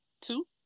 two